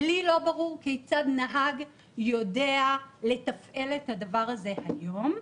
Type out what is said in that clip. לי לא ברור כיצד נהג יודע לתפעל את הדבר הזה היום,